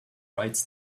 writes